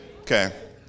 Okay